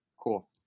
Cool